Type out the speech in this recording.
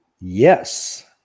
Yes